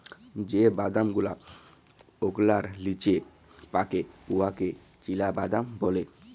যে বাদাম গুলা ওকলার লিচে পাকে উয়াকে চিলাবাদাম ব্যলে